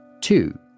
Two